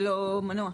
ולא מנוע.